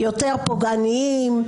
יותר פוגעניים.